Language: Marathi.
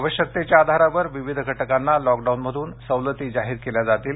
आवश्यकतेच्या आधारावर विविध घटकांना लॉकडाऊनमधून सवलती जाहिर केल्या जातील